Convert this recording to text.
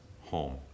home